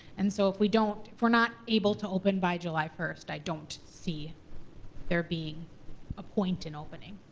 and so if we don't, if we're not able to open by july first, i don't see there being a point in opening.